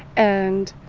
and,